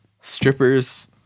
strippers